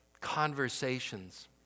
conversations